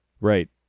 Right